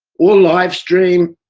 or livestream,